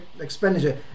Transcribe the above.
expenditure